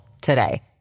today